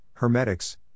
hermetics